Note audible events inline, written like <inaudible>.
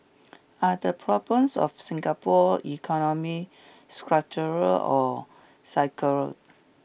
are the problems of Singapore economy structural or <unintelligible>